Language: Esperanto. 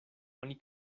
oni